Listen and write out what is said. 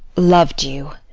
loved you,